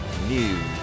News